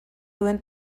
duen